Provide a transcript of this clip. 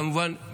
כמובן,